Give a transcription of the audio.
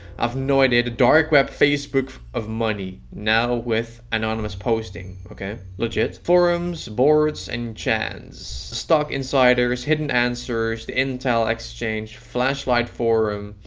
no idea dark web facebook of money now with anonymous posting okay legit forums boards and chance stock insiders hidden answers the intel exchange flashlight forum